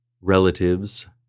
relatives